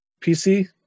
PC